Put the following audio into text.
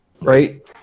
right